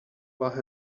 gorilla